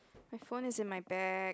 my phone is in my bag